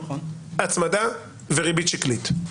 הצמדה וריבית שקלית.